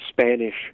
Spanish